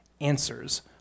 answers